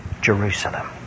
Jerusalem